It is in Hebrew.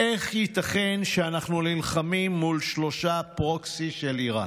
איך ייתכן שאנחנו נלחמים מול שלושה פרוקסי של איראן?